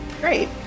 Great